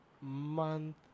month